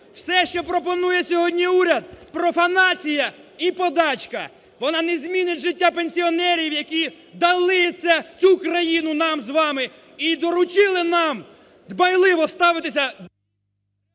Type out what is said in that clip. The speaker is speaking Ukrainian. Все, що пропонує сьогодні уряд, профанація і подачка. Вона не змінить життя пенсіонерів, які дали цю країну нам з вами і доручили нам дбайливо ставитись.